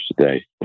today